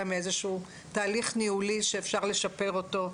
מאיזשהו תהליך ניהולי שאפשר לשפר אותו.